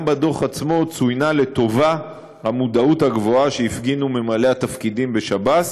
גם בדוח עצמו צוינה לטובה המודעות הגבוהה שהפגינו ממלאי התפקידים בשב"ס